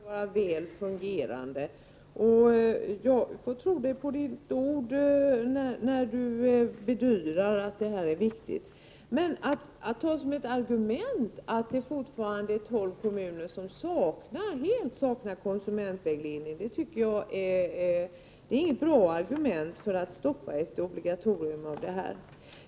Fru talman! Bengt Kronblad talade så varmt om en utbyggnad av konsumentvägledningen och att den skall vara väl fungerande. Jag tror honom på hans ord, när han bedyrar att detta är viktigt, men det förhållandet att tolv kommuner fortfarande helt saknar konsumentvägledning tycker jag inte är något bra argument för att stoppa ett obligatorium.